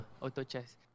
auto-chess